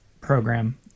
program